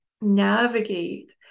navigate